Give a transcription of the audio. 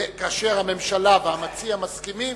כאשר הממשלה והמציע מסכימים,